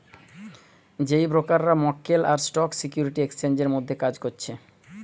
যেই ব্রোকাররা মক্কেল আর স্টক সিকিউরিটি এক্সচেঞ্জের মধ্যে কাজ করছে